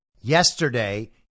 Yesterday